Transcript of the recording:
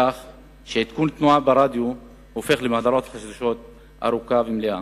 כך שעדכון תנועה ברדיו הופך למהדורת חדשות ארוכה ומלאה.